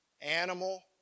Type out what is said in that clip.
animal